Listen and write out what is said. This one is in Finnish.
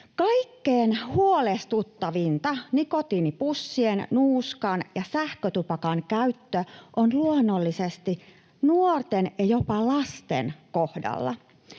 Kaikkein huolestuttavinta nikotiinipussien, nuuskan ja sähkötupakan käyttö on luonnollisesti nuorten, ja jopa lasten, kohdalla.